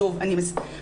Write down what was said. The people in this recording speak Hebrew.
שוב אני אומרת,